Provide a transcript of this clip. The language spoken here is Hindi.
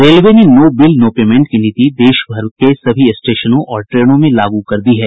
रेलवे ने नो बिल नो पेमेंट की नीति देशभर के सभी स्टेशनों और ट्रेनों में लागू कर दी है